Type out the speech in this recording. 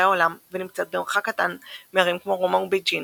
העולם" ונמצאת במרחק קטן מערים כמו רומא ובייג'ינג.